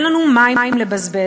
אין לנו מים לבזבז.